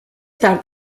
tard